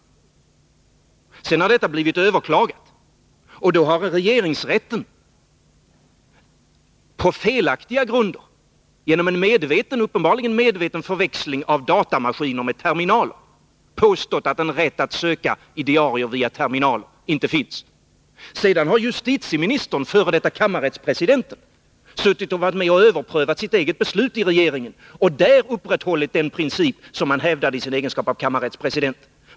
Sedan har detta blivit överklagat, och då har regeringsrätten på felaktiga grunder, genom en uppenbarligen medveten förväxling av datamaskiner och terminaler, påstått att en rätt att söka i diarier via terminal inte finns. Därefter har justitieministern, f. d. kammarrättspresidenten, varit med och överprövat sitt eget beslut i regeringen och där upprätthållit den princip som han hävdade i sin egenskap av kammarrättspresident.